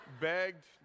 Begged